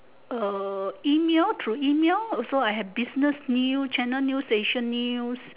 uh email through email also I have business new channel news asia news